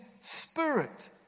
spirit